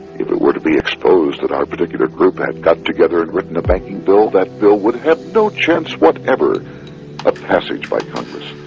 if it were to be exposed that our particular group had got together and written a banking bill, that bill would have no chance whatever of ah passage by congress.